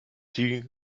die